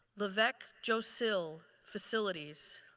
lavec josil, facilities.